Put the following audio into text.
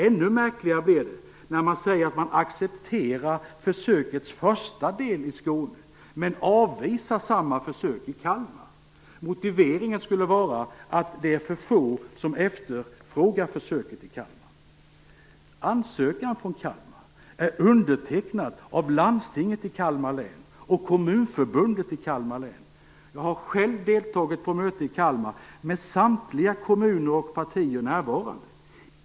Än märkligare blir det när man säger att man accepterar försökets första del i Skåne men avvisar samma försök i Kalmar. Motiveringen skulle vara att det är för få som efterfrågar försöket i Kalmar. Ansökan från Kalmar är undertecknad av Landstinget i Kalmar län och av Kommunförbundet i Kalmar län. Jag har själv deltagit i ett möte i Kalmar med samtliga kommuner och partier närvarande.